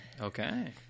okay